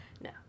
No